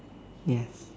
yes